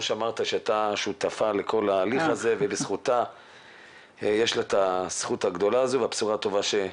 שהייתה שותפה לכל ההליך הזה ובזכותה יש הבשורה הטובה הזאת.